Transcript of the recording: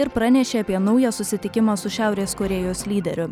ir pranešė apie naują susitikimą su šiaurės korėjos lyderiu